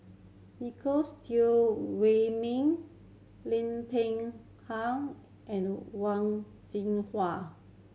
Teo Wei Min Lim Peng Han and Wang Jinhua